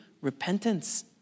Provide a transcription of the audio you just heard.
repentance